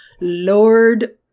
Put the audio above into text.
Lord